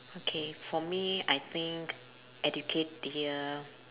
okay for me I think educate the uh